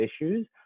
issues